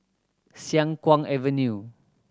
Siang Kuang Avenue